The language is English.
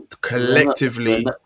collectively